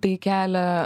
tai kelia